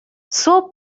صبح